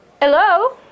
Hello